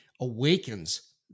awakens